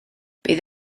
bydd